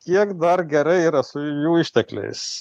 kiek dar gerai yra su jų ištekliais